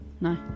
No